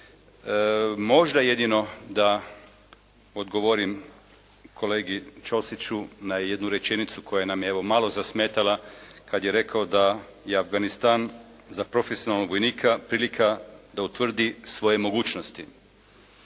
Možda jedino da odgovorim kolegi Ćosiću na jednu rečenicu koja nam je evo malo zasmetala kad je rekao da je Afganistan za profesionalnog vojnika prilika da utvrdi svoje mogućnosti.